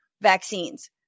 vaccines